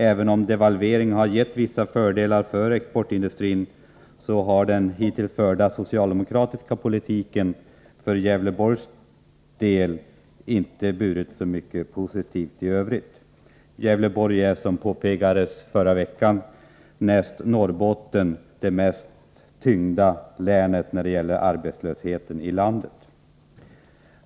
Även om devalveringen inneburit vissa fördelar för exportindustrin, har ju den hittills förda socialdemokratiska politiken för Gävleborgs län inte inneburit särskilt mycket positivt i övrigt. Efter Norrbottens län är Gävleborgs län, som framhölls förra veckan, landets mest tyngda län när det gäller arbetslösheten.